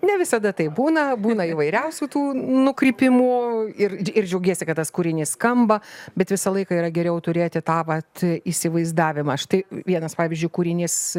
ne visada taip būna būna įvairiausių tų nukrypimų ir ir džiaugiesi kad tas kūrinys skamba bet visą laiką yra geriau turėti tą vat įsivaizdavimą štai vienas pavyzdžiui kūrinys